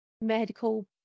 medical